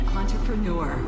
entrepreneur